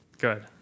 Good